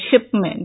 shipment